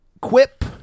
quip